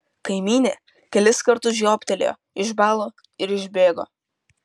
kaimynė kelis kartus žiobtelėjo išbalo ir išbėgo